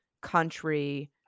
country